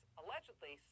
allegedly